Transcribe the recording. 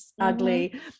ugly